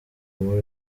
muri